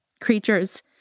creatures